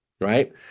right